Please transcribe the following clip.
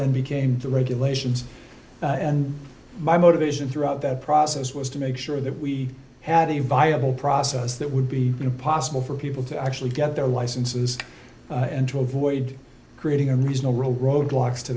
then became the regulations and my motivation throughout that process was to make sure that we have a viable process that would be impossible for people to actually get their licenses and to avoid creating a regional r